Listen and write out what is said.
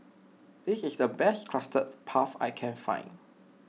this is the best Custard Puff I can find